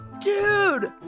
Dude